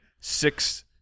six